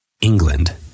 England